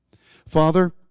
Father